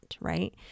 right